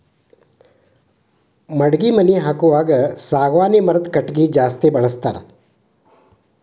ಮಡಗಿ ಮನಿ ಹಾಕುವಾಗ ಸಾಗವಾನಿ ಮರದ ಕಟಗಿ ಜಾಸ್ತಿ ಬಳಸ್ತಾರ